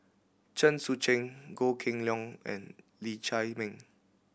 Chen Sucheng Goh Kheng Long and Lee Chiaw Meng